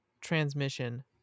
transmission